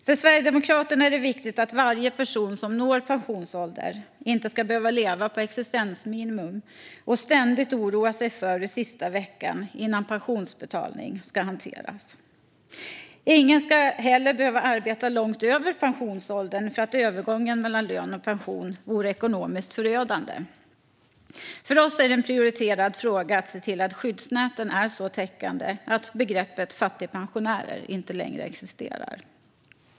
För Sverigedemokraterna är det viktigt att varje person som når pensionsålder inte ska behöva leva på existensminimum och ständigt oroa sig för hur sista veckan före pensionsutbetalningen ska hanteras. Ingen ska heller behöva arbeta långt över pensionsåldern för att övergången mellan lön och pension annars vore ekonomiskt förödande. För oss är det en prioriterad fråga att se till att skyddsnäten är så täckande att begreppet fattigpensionär inte längre existerar.